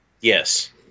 Yes